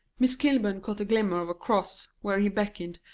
miss kilburn caught the glimmer of a cross where he beckoned,